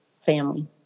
family